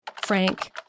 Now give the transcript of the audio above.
Frank